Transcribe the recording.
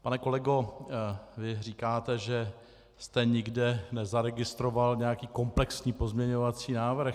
Pane kolego, vy říkáte, že jste nikde nezaregistroval nějaký komplexní pozměňovací návrh.